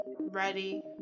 ready